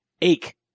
Ache